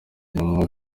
intumwa